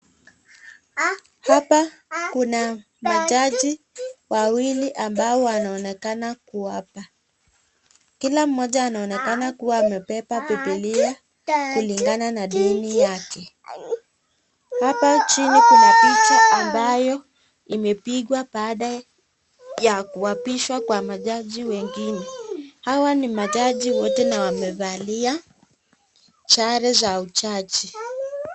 Hapa kuna majaji wawili ambao wanaonekana kuwa hapa , kila moja anaonekana kuwa amepepa bibilia kulingana na dini yake, hapa chini Kuna picha ambayo imepikwa baada ya kuapiswa kwa majaji wengine , hawa ni majaji wote na wamefalia sare za ujaji.